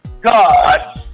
God